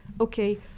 okay